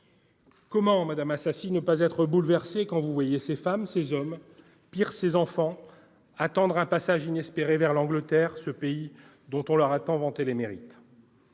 Comment, madame Assassi, ne pas être bouleversé quand vous voyez ces femmes, ces hommes, pis, ces enfants attendre un passage inespéré vers l'Angleterre, ce pays dont on leur a tant vanté les mérites ?